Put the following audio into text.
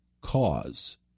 cause